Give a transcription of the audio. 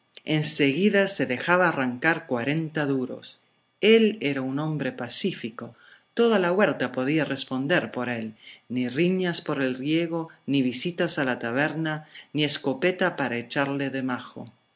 seguida se dejaba arrancar cuarenta duros él era un hombre pacífico toda la huerta podía responder por él ni riñas por el riego ni visitas a la taberna ni escopeta para echarla de majo